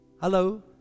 Hello